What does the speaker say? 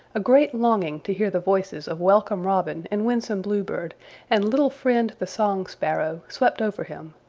a great longing to hear the voices of welcome robin and winsome bluebird and little friend the song sparrow swept over him,